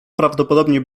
prawdopodobnie